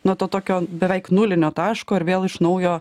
nuo to tokio beveik nulinio taško ir vėl iš naujo